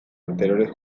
anteriores